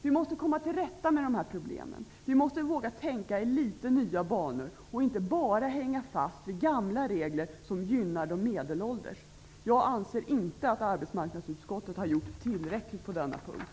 Vi måste komma till rätta med dessa problem. Vi måste våga tänka i litet nya banor och inte bara hänga fast vid gamla regler som gynnar de medelålders. Jag anser inte att arbetsmarknadsutskottet har gjort tillräckligt på denna punkt.